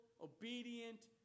obedient